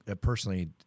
personally